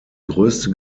größte